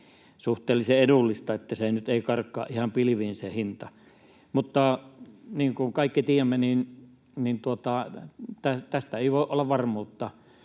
suhteellisen edullista, että se hinta nyt ei karkaa ihan pilviin. Mutta niin kuin kaikki tiedämme, tästä ei voi olla varmuutta.